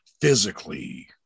physically